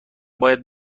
باید